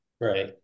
Right